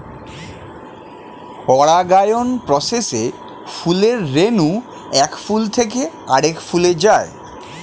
পরাগায়ন প্রসেসে ফুলের রেণু এক ফুল থেকে আরেক ফুলে যায়